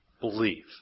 believe